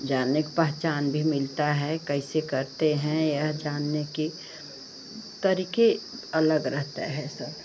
जान एक पहचान भी मिलता है कैसे करते हैं यह जानने का तरिक़ा अलग रहता है सब